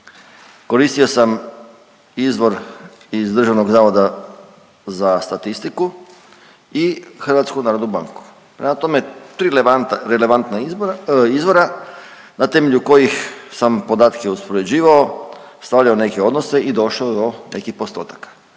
koristio sam izvore sa web stranica HZMO-a, koristio sam izvor iz DZS i HNB, prema tome tri relevantna izvora na temelju kojih sam podatke uspoređivao, stavljao u neke odnose i došao do nekih postotaka.